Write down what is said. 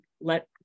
let